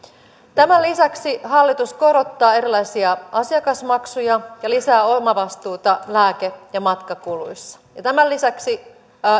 tämän lisäksi hallitus korottaa erilaisia asiakasmaksuja ja lisää omavastuuta lääke ja matkakuluissa ja tämän lisäksi